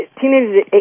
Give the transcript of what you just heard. teenagers